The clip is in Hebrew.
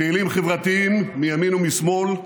פעילים חברתיים מימין ומשמאל,